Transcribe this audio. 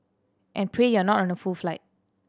and pray you're not on a full flight